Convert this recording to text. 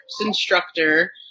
instructor